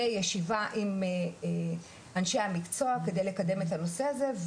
וישיבה עם אנשי המקצוע כדי לקדם את הנושא הזה,